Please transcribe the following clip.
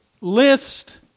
list